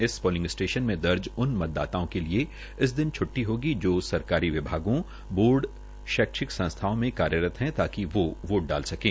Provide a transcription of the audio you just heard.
इस polling station में दर्ज उन मतदाताओं के लिये इस दिन छुट्टी होगी जो सरकारी विभागों बोर्ड शैक्षिक संस्थाओं मे कार्यरत है ताकि वो वोट डाल सकें